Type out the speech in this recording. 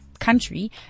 country